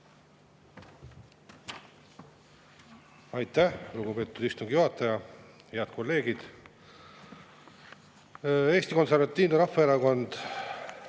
Aitäh, lugupeetud istungi juhataja! Head kolleegid! Eesti Konservatiivne Rahvaerakond